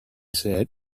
said